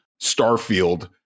Starfield